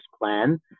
plan